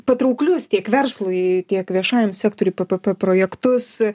patrauklius tiek verslui tiek viešajam sektoriui ppp projektus